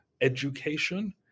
education